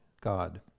God